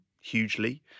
hugely